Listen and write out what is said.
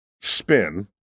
spin